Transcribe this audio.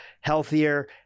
healthier